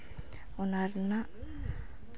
ᱚᱱᱟ ᱨᱮᱱᱟᱜ